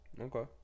Okay